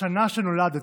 בשנה שבה נולדתי.